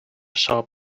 sharp